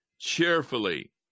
cheerfully